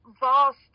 vast